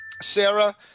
Sarah